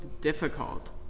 difficult